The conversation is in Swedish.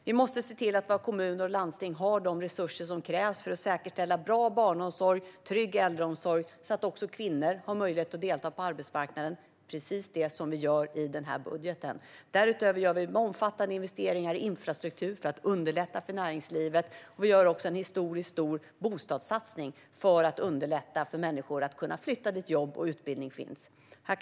Vi måste också se till att våra kommuner och landsting har de resurser som krävs för att säkerställa bra barnomsorg och trygg äldreomsorg så att också kvinnor har möjlighet att delta på arbetsmarknaden. Det är precis det som vi gör i den här budgeten. Därutöver gör vi omfattande investeringar i infrastruktur för att underlätta för näringslivet, och vi gör också en historiskt stor bostadssatsning för att underlätta för människor att kunna flytta dit där jobb och utbildning finns.